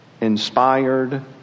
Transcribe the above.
inspired